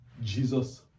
Jesus